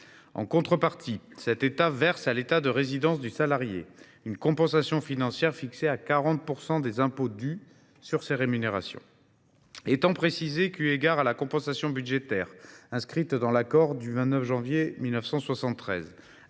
En contrepartie, cet État verse à l’État de résidence du salarié une compensation financière fixée à 40 % des impôts dus sur ses rémunérations, étant précisé que, eu égard à la compensation budgétaire inscrite dans l’accord du 29 janvier 1973